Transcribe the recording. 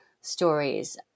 stories